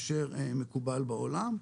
הוא ברמה יותר נמוכה מאשר מקובל בעולם.